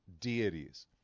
deities